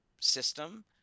system